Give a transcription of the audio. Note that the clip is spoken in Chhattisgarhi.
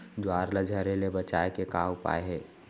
ज्वार ला झरे ले बचाए के का उपाय हे?